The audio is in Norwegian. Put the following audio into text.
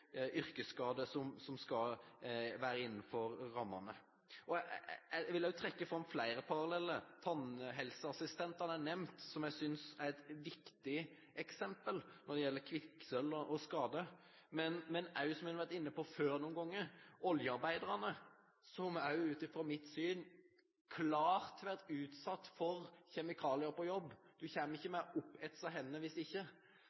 som skal være innenfor rammene. Jeg vil også trekke fram flere paralleller: Tannhelseassistentene er nevnt, som jeg synes er et viktig eksempel når det gjelder kvikksølvskader, men også, som en har vært inne på før noen ganger, oljearbeiderne som, ut fra mitt syn, klart har vært utsatt for kjemikalier på jobb – man kommer ikke med oppetsede hender hvis en ikke